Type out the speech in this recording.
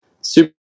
Super